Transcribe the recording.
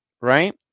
right